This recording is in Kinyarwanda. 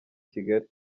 kigali